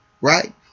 right